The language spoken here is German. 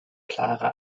klare